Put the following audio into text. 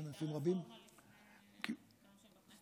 כן, הייתה רפורמה לפני, נדמה לי שב-2020.